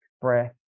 breath